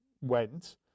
went